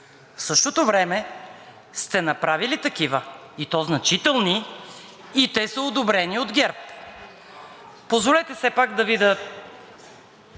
В същото време сте направили такива – и то значителни, и те са одобрени от ГЕРБ. Позволете все пак да видя,